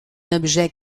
objet